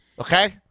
okay